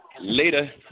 later